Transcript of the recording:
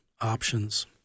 options